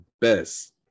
best